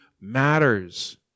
matters